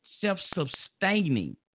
self-sustaining